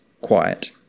quiet